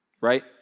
right